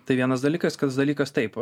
tai vienas dalykas kitas dalykas taip